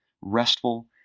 restful